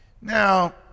Now